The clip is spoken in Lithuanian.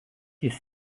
jis